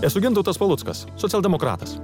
esu gintautas paluckas socialdemokratas